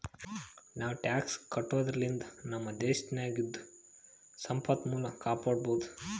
ನಾವೂ ಟ್ಯಾಕ್ಸ್ ಕಟ್ಟದುರ್ಲಿಂದ್ ನಮ್ ದೇಶ್ ನಾಗಿಂದು ಸಂಪನ್ಮೂಲ ಕಾಪಡ್ಕೊಬೋದ್